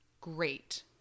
great